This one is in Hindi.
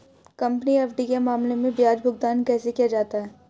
कंपनी एफ.डी के मामले में ब्याज भुगतान कैसे किया जाता है?